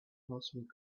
cosmic